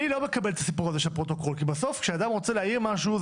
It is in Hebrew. אני לא מקבל את הסיפור הזה של הפרוטוקול כי בסוף כשאדם רוצה להעיר משהו,